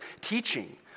teaching